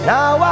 Now